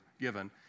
given